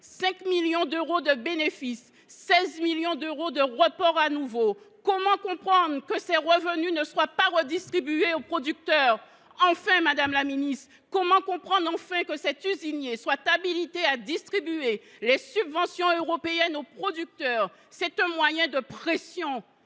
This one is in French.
5 millions d’euros de bénéfices et 16 millions d’euros de report à nouveau. Comment accepter que ces revenus ne soient pas redistribués aux producteurs ? Enfin, madame la ministre, comment comprendre que cet usinier soit habilité à distribuer les subventions européennes aux producteurs ? Il s’agit d’un moyen de pression